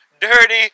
dirty